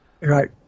Right